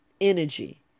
Energy